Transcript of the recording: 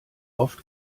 oft